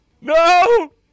no